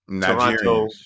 Toronto